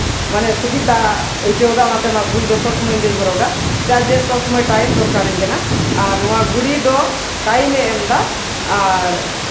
ᱢᱟᱱᱮ ᱥᱩᱵᱤᱛᱟ ᱟᱹᱭᱠᱟᱹᱣᱫᱟ ᱚᱱᱟᱛᱮ ᱱᱚᱣᱟ ᱜᱷᱚᱲᱤ ᱫᱚ ᱥᱚᱵ ᱥᱚᱢᱚᱭ ᱤᱧᱫᱚᱧ ᱦᱚᱨᱚᱜᱟ ᱪᱮᱫᱟᱜ ᱡᱮ ᱥᱚᱵ ᱥᱚᱢᱚᱭ ᱴᱟᱭᱤᱢ ᱫᱚᱨᱠᱟᱨᱤᱧ ᱠᱟᱱᱟ ᱟᱨ ᱱᱚᱣᱟ ᱜᱷᱚᱲᱤ ᱫᱚ ᱴᱟᱭᱤᱢᱮ ᱮᱢᱫᱚ ᱟᱨ